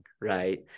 Right